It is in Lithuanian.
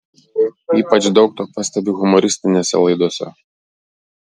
ypač daug to pastebiu humoristinėse laidose